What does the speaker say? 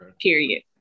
Period